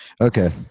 Okay